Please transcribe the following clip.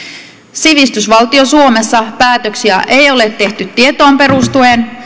sivistysvaltio suomessa päätöksiä ei ole tehty tietoon perustuen